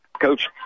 Coach